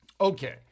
Okay